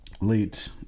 late